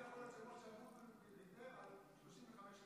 איך זה יכול להיות שמשה אבוטבול ויתר על 35 שניות?